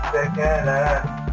Together